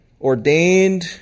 ordained